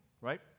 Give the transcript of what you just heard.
right